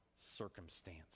circumstance